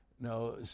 No